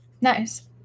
Nice